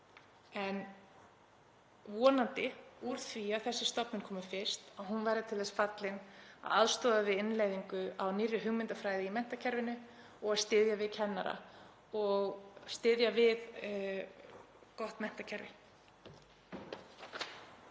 En úr því að þessi stofnun kemur fyrst verður hún vonandi til þess fallin að aðstoða við innleiðingu á nýrri hugmyndafræði í menntakerfinu og að styðja við kennara og gott menntakerfi.